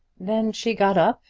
then she got up,